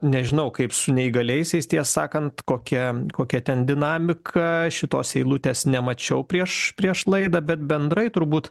nežinau kaip su neįgaliaisiais tiesą sakant kokia kokia ten dinamika šitos eilutės nemačiau prieš prieš laidą bet bendrai turbūt